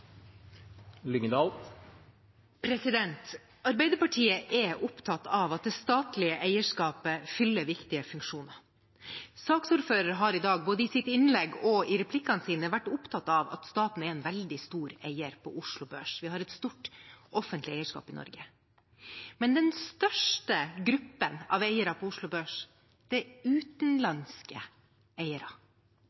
opptatt av at det statlige eierskapet fyller viktige funksjoner. Saksordføreren har i dag, både i innlegget sitt og i replikkene sine, vært opptatt av at staten er en veldig stor eier på Oslo Børs, vi har et stort offentlig eierskap i Norge. Men den største gruppen av eiere på Oslo Børs er utenlandske eiere. Det er